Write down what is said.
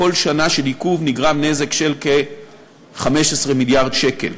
בכל שנה של עיכוב נגרם נזק של כ-15 מיליארד שקל,